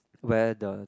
where the